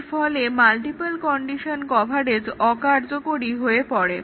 এরফলে multiple condition coverage অকার্যকরী হয়ে পড়ে